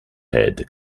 head